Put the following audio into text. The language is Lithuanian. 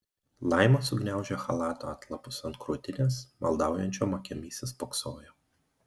laima sugniaužė chalato atlapus ant krūtinės maldaujančiom akim įsispoksojo